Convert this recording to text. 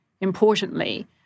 importantly